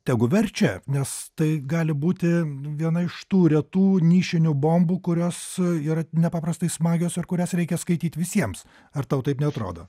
tegu verčia nes tai gali būti viena iš tų retų nišinių bombų kurios yra nepaprastai smagios ar kurias reikia skaityti visiems ar tau taip neatrodo